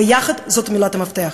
ביחד, זאת מילת המפתח.